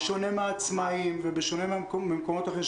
בשונה מהעצמאיים ובשונה ממקומות אחרים,